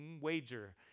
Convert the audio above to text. wager